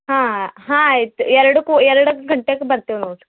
ಹಾಂ ಹಾಂ ಆಯ್ತು ಎರಡಕ್ಕೂ ಎರಡು ಗಂಟೆಗೆ ಬರ್ತೆ ವ್ ನೋಡ್ರೀ